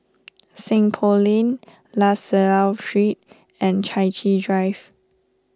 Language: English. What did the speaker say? Seng Poh Lane La Salle Street and Chai Chee Drive